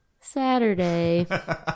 Saturday